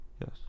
Yes